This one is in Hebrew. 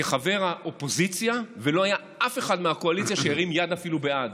כחבר האופוזיציה ולא היה אף אחד מהקואליציה שירים יד בעד.